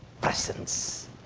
presence